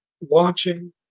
watching